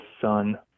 son